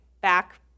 back